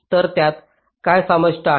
तर यात काय समाविष्ट आहे